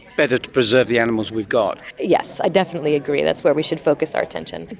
better to preserve the animals we've got. yes, i definitely agree, that's where we should focus our attention.